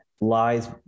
lies